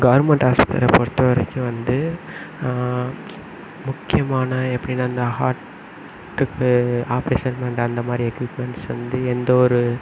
government ஹாஸ்பிட்டலை பொருத்தவரைக்கும் வந்து முக்கியமான எப்படின்னா அந்த ஹார்ட்டுக்கு ஆப்ரேஷன் பண்ணுற அந்தமாதிரி எக்யூப்மெண்ட்ஸ் வந்து எந்தவொரு